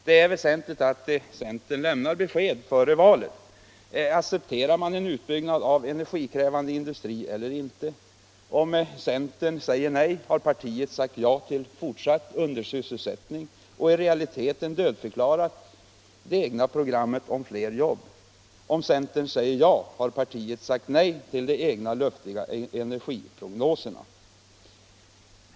Det är väsentligt att centern lämnar besked före valet: Accepterar man en utbyggnad av energikrävande industri eller inte? Om centern säger nej har partiet sagt ja till fortsatt undersysselsättning och i realiteten dödförklarat det egna programmet om fler jobb. Om centern säger ja här så har partiet sagt nej till de egna luftiga energiprognoserna.